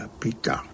pita